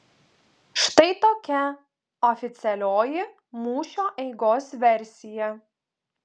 štai tokia oficialioji mūšio eigos versija